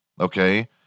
Okay